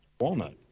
Walnut